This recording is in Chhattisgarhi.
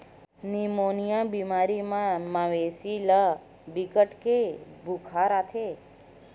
निमोनिया बेमारी म मवेशी ल बिकट के बुखार आथे